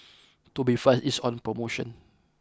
Tubifast is on promotion